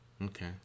Okay